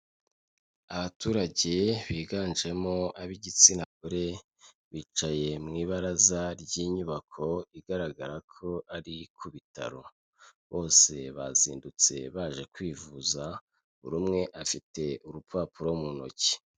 Abaturage biganjemo ab'igitsina gore bicaye mu ibaraza ry'inyubako igaragara ko ari ku bitaro bose bazindutse baje kwivuza buri umwe afite urupapuro mu ntoki.